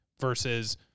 versus